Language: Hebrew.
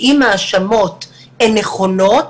אם ההאשמות נכונות,